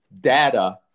data